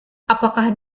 apakah